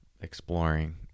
exploring